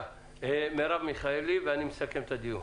מרב מיכאלי ואני מסכם את הדיון.